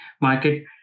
market